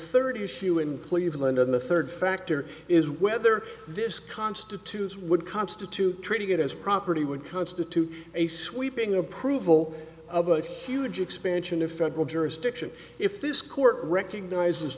third issue in cleveland on the third factor is whether this constitutes would constitute treating it as property would constitute a sweeping approval of a huge expansion of federal jurisdiction if this court recognizes